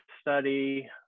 study